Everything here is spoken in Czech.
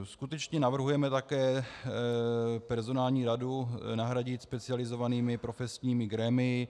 Skutečně navrhujeme také personální radu nahradit specializovanými profesními grémii.